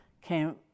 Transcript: came